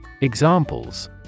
Examples